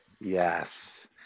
Yes